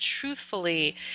Truthfully